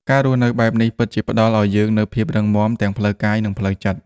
ការរស់នៅបែបនេះពិតជាផ្តល់ឲ្យយើងនូវភាពរឹងមាំទាំងផ្លូវកាយ និងផ្លូវចិត្ត។